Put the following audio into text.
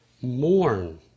Mourn